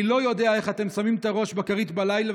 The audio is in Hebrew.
אני לא יודע איך אתם שמים את הראש על הכרית בלילה